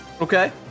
Okay